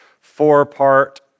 four-part